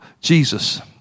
Jesus